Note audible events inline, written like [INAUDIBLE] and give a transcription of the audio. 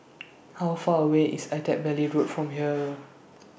[NOISE] How Far away IS Attap Valley Road from here